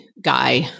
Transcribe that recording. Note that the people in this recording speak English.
guy